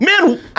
man